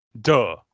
Duh